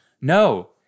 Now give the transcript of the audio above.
No